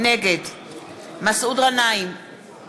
נגד מסעוד גנאים, בעד